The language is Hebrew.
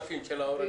5,000 שקל של ההורים.